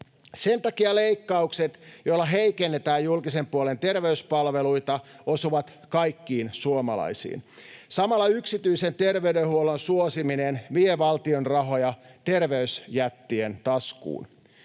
Sen takia leikkaukset, joilla heikennetään julkisen puolen terveyspalveluita, osuvat kaikkiin suomalaisiin. Samalla yksityisen terveydenhuollon suosiminen vie valtion rahoja terveysjättien taskuun.